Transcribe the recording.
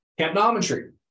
Capnometry